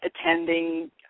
attending